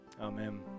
Amen